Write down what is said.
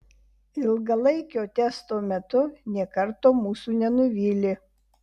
ilgalaikio testo metu nė karto mūsų nenuvylė